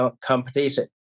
competition